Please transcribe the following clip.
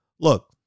Look